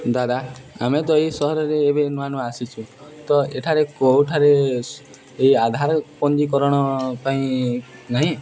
ଦାଦା ଆମେ ତ ଏଇ ସହରରେ ଏବେ ନୂଆ ନୂଆ ଆସିଛୁ ତ ଏଠାରେ କେଉଁଠାରେ ଏଇ ଆଧାର ପଞ୍ଜୀକରଣ ପାଇଁ ନାହିଁ